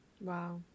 Wow